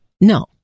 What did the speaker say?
No